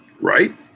right